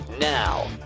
Now